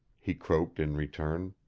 he croaked in return.